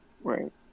Right